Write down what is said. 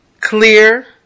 clear